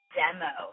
demo